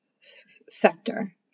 sector